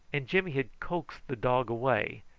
and jimmy had coaxed the dog away,